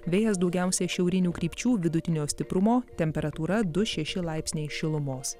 vėjas daugiausia šiaurinių krypčių vidutinio stiprumo temperatūra du šeši laipsniai šilumos